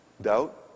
Doubt